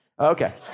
Okay